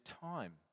time